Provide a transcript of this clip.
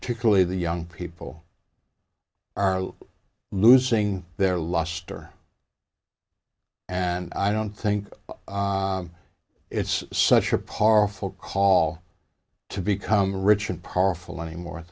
particularly the young people are losing their luster and i don't think it's such a powerful call to become rich and powerful anymore